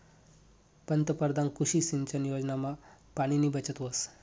पंतपरधान कृषी सिंचन योजनामा पाणीनी बचत व्हस